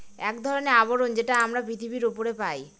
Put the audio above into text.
এক ধরনের আবরণ যেটা আমরা পৃথিবীর উপরে পাই